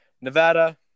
Nevada